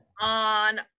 On